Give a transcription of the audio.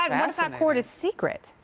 that um so um court is secret?